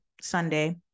Sunday